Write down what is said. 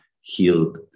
healed